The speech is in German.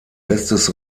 bestes